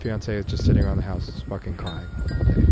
fiancee's just sitting around the house fucking crying all day.